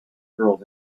girls